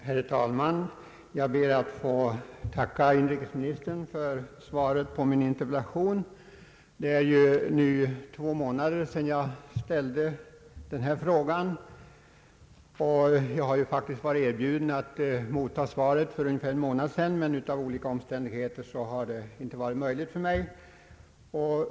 Herr talman! Jag ber att få tacka inrikesministern för svaret på min interpellation. Det är nu två månader sedan jag ställde min fråga. Jag har faktiskt varit erbjuden att ta emot svaret för en månad sedan, men detta har av olika omständigheter inte varit möjligt för mig.